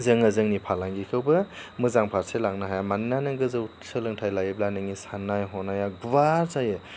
जोङो जोंनि फालांगिखौबो मोजां फारसे लांनो हाया मानोना नों गोजौ सोलोंथाइ लायोब्ला नोंनि सान्नाय हनाया गुवार जायो